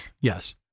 yes